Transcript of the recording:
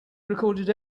recorded